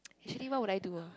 actually what would I do ah